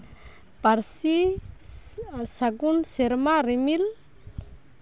ᱯᱟᱹᱨᱥᱤ ᱥᱟᱹᱜᱩᱱ ᱥᱮᱨᱢᱟ ᱨᱤᱢᱤᱞ